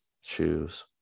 shoes